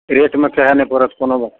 रेटमे कहए नहि पड़त कोनो